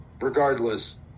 Regardless